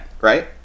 right